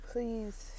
Please